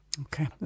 Okay